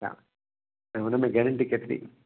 हा ऐं उन में गेरंटी केतिरी